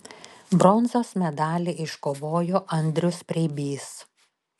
bronzos medalį iškovojo andrius preibys